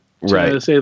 Right